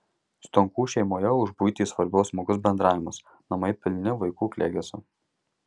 stonkų šeimoje už buitį svarbiau smagus bendravimas namai pilni vaikų klegesio